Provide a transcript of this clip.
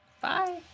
Bye